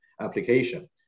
application